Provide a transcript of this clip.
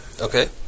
Okay